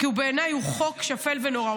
כי בעיניי הוא חוק שפל ונורא.